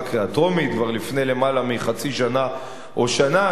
קריאה טרומית כבר לפני למעלה מחצי שנה או שנה,